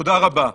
תודה רבה.